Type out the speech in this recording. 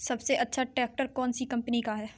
सबसे अच्छा ट्रैक्टर कौन सी कम्पनी का है?